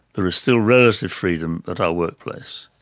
there is still relative freedom at our workplace.